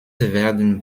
werden